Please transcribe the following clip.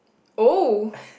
oh